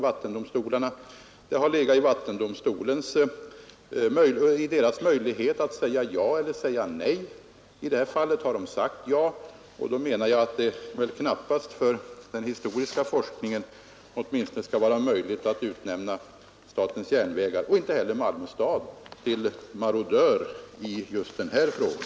Vattendomstolen har haft möjlighet att säga ja eller att säga nej. I det här fallet har den sagt ja, och då menar jag att det knappast för den historiska forskningen skall vara möjligt att utnämna statens järnvägar, och inte heller Malmö stad, till marodör när det gäller just den här frågan.